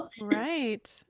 right